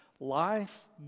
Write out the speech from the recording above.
Life